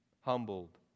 humbled